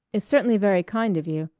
it's certainly very kind of you.